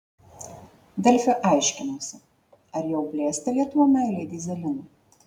delfi aiškinosi ar jau blėsta lietuvių meilė dyzelinui